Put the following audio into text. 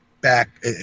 back